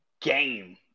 game